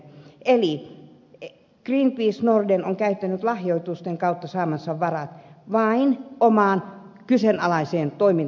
eli greenpeace norden on käyttänyt lahjoitusten kautta saamansa varat vain omaan kyseenalaiseen toimintaansa